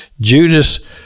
Judas